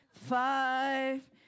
five